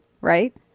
right